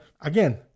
again